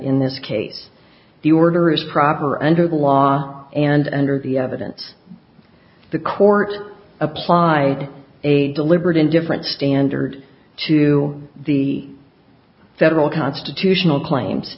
in this case the order is proper under the law and under the evidence the court applied a deliberate indifference standard to the federal constitutional claims